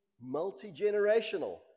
multi-generational